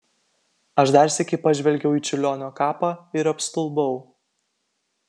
aš dar sykį pažvelgiau į čiurlionio kapą ir apstulbau